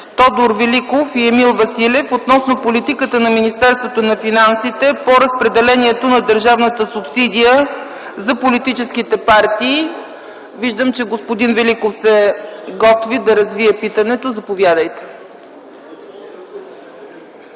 Тодор Великов и Емил Василев относно политиката на Министерството на финансите по разпределението на държавната субсидия за политическите партии. Виждам, че господин Великов се готви да развие питането. Заповядайте!